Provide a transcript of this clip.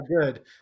good